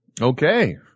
Okay